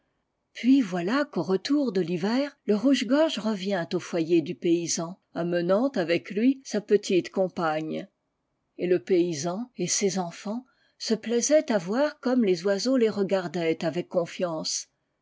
puis voilà qu'au retour de l'hiver le rougegorge revient au foyer du paysan amenant avec lui sa petite compagne kt le paysan et ses enfants se plaisaient à voir comme les oiseaux les regardaient avec confiance